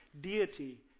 deity